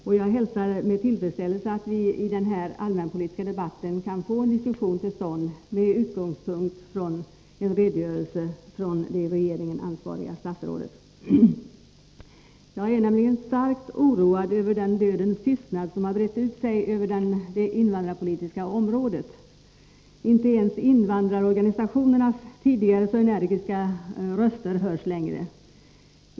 Och jag hälsar med tillfredsställelse att vi i den här allmänpolitiska debatten kan få en diskussion till stånd med utgångspunkt i en redogörelse av det i regeringen ansvariga statsrådet. Jag är nämligen starkt oroad över den dödens tystnad som har brett ut sig över det invandrarpolitiska området. Inte ens invandrarorganisationernas tidigare så energiska röster hörs längre.